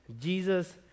Jesus